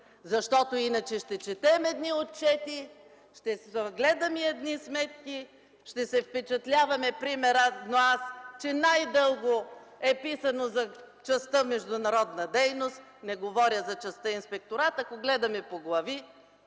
посока. Иначе ще четем едни отчети, ще гледаме едни сметки, ще се впечатляваме, примерно аз, че най-дълго е писано за частта „Международна дейност”, не говоря за частта „Инспекторат”, ако гледаме по глави.